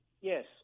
Yes